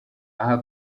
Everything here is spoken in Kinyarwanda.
aha